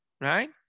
right